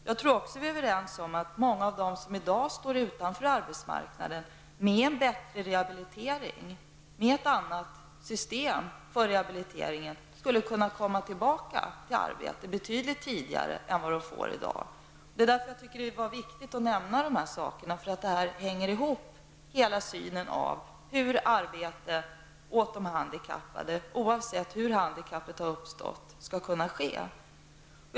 Jag tror också att vi är överens om att många av dem som i dag står utanför arbetsmarknaden med ett bättre system för rehabilitering skulle kunna komma tillbaka till arbetet betydligt tidigare än i dag. Det är viktigt att nämna dessa saker. Hela denna syn hänger ihop med hur arbete åt de handikappade, oavsett hur handikappet har uppstått, skall kunna skapas.